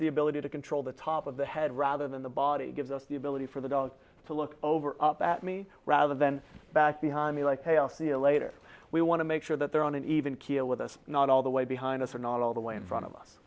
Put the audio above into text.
the ability to control the top of the head rather than the body gives us the ability for the dog to look over at me rather than back behind me like a r c a later we want to make sure that they're on an even keel with us not all the way behind us are not all the way in front of us